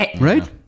right